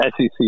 SEC